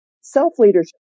Self-leadership